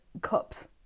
cups